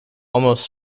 almost